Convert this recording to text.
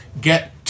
get